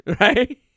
right